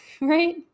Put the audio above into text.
right